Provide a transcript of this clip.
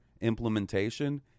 implementation